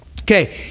Okay